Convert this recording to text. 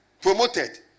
Promoted